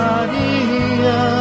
Maria